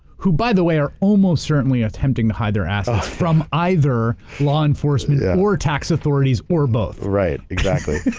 who by the way, are almost certainly attempting to hide their assets from either law enforcement yeah or or tax authorities, or both. right, exactly.